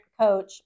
coach